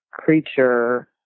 creature